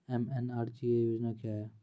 MNREGA योजना क्या हैं?